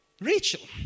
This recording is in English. Rachel